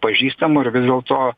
pažįstamo ar vis dėlto